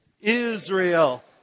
Israel